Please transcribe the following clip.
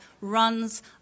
runs